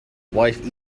wife